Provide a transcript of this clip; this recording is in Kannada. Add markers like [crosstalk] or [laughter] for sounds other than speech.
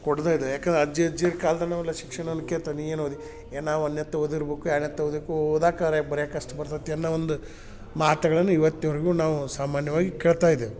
ಕೊಡದೇ [unintelligible] ಯಾಕೆಂದ್ರೆ ಅಜ್ಜ ಅಜ್ಜಿಯ ಕಾಲ್ದಲ್ಲಿ ನಾವೆಲ್ಲ ಶಿಕ್ಷಣವನ್ನು ಕೇತ ನೀ ಏನು ಓದಿ ಏನು ಒಂದನೇ ಎತ್ ಓದಿರ್ಬೇಕು ಎರಡನೇ ಎತ್ ಓದಿ ಓದಕ್ಕಾರೂ ಬರ್ಯಕ್ಕೆ ಅಷ್ಟು ಬರ್ತತಿ ಅನ್ನೋ ಒಂದು ಮಾತ್ಗಳನ್ನು ಇವತ್ತಿನವರ್ಗೂ ನಾವು ಸಾಮಾನ್ಯವಾಗಿ ಕೇಳ್ತಾ ಇದ್ದೇವೆ